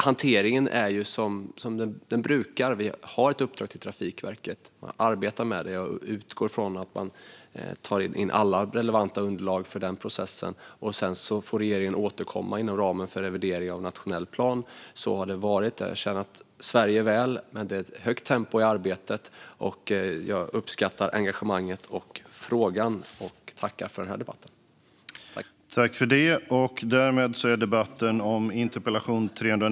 Hanteringen är som den brukar. Trafikverket har ett uppdrag som de arbetar med, och jag utgår från att man tar in alla relevanta underlag för den processen. Regeringen får återkomma inom ramen för revidering av nationell plan. Så har det varit, och det har tjänat Sverige väl. Det är högt tempo i arbetet, och jag uppskattar engagemanget och frågan och tackar för den här debatten.